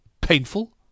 Painful